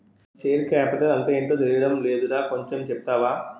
Share capital అంటేటో తెలీడం లేదురా కొంచెం చెప్తావా?